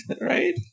right